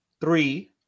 three